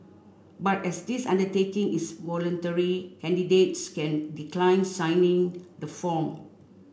but as this undertaking is voluntary candidates can decline signing the form